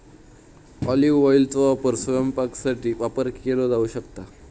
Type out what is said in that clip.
olive ऑइलचो वापर स्वयंपाकासाठी वापर केलो जाऊ शकता